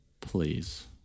Please